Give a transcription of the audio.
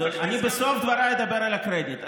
בסוף דבריי אדבר על הקרדיט.